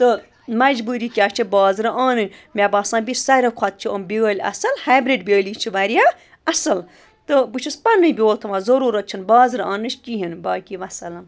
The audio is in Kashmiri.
تہٕ مَجبوٗری کیٛاہ چھِ بازرٕ آنٕنۍ مےٚ باسان بیٚیہِ ساروے کھۄتہٕ چھِ یِم بیٛٲلۍ اَصٕل ہیبرِڈ بیٛٲلی چھِ واریاہ اَصٕل تہٕ بہٕ چھُس پَنٛنُے بیول تھاوان ضٔروٗرت چھِنہٕ بازرٕ آنٛنٕچ کِہیٖنۍ باقی وَسَلام